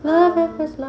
the purpose lah